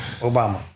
Obama